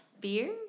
beer